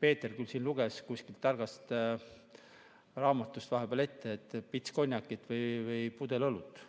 Peeter siin luges kuskilt targast raamatust vahepeal ette, et pits konjakit või pudel õlut.